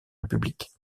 république